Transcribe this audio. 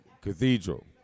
Cathedral